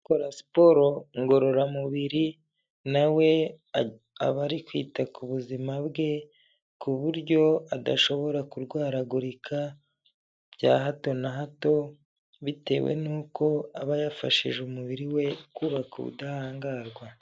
Gukora siporo ngororamubiri na we aba ari kwita ku buzima bwe, ku buryo adashobora kurwaragurika bya hato na hato bitewe n'uko aba yafashije umubiri we kubaka ubudahangarwa.